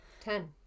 Ten